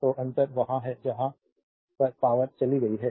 तो अंतर वहां है जहां वह पावरचली गई है